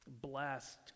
blessed